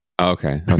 okay